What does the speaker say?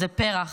זה פרח.